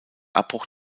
abbruch